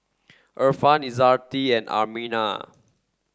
Irfan Izzati and Aminah